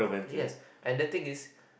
yes and the thing is